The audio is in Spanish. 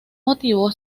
motivo